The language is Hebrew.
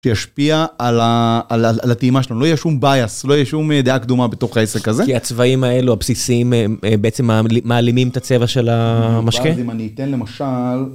תשפיע על הטעימה שלנו, לא יהיה שום ביאס, לא יהיה שום דעה קדומה בתוך העסק הזה. כי הצבעים האלו, הבסיסים, בעצם מעלימים את הצבע של המשקה? אם אני אתן למשל...